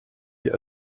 wir